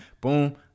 boom